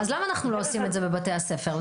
אז למה לא עושים את זה בבתי הספר?